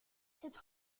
cette